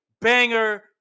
banger